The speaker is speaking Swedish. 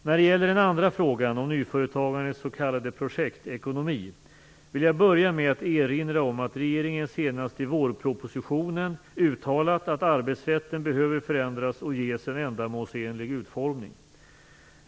När det gäller den andra frågan om nyföretagandets s.k. projektekonomi vill jag börja med att erinra om att regeringen senast i vårpropositionen uttalat att arbetsrätten behöver förändras och ges en ändamålsenlig utformning.